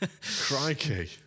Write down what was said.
Crikey